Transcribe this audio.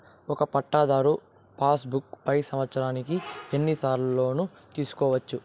ఒక పట్టాధారు passbook పై సంవత్సరానికి ఎన్ని సార్లు లోను తీసుకోవచ్చు?